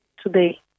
Today